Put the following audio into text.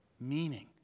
meaning